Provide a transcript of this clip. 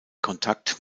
kontakt